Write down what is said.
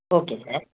okay sir